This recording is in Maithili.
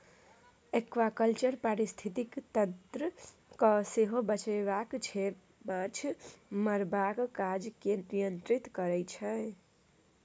एक्वाकल्चर पारिस्थितिकी तंत्र केँ सेहो बचाबै छै माछ मारबाक काज केँ नियंत्रित कए